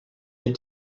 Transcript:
den